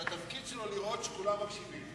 שהתפקיד שלו לראות שכולם מקשיבים.